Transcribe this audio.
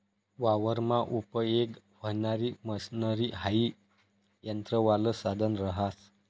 वावरमा उपयेग व्हणारी मशनरी हाई यंत्रवालं साधन रहास